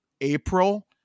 april